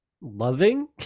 loving